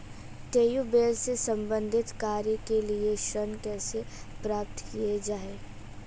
Tubewell से संबंधित कार्य के लिए ऋण कैसे प्राप्त किया जाए?